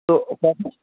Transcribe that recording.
তো